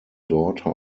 daughter